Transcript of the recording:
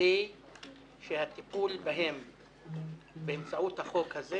כדי שהטיפול בהם באמצעות החוק הזה